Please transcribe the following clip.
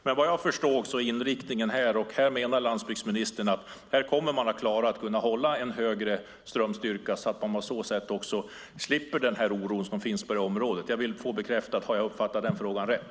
Men vad jag förstår anser landsbygdsministern att man kommer att klara att hålla en högre strömstyrka, så att man på så sätt slipper den oro som finns på detta område. Jag vill få bekräftat om jag har uppfattat detta rätt.